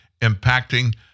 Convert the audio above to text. impacting